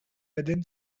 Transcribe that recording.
within